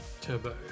turbo